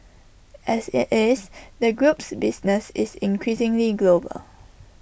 as IT is the group's business is increasingly global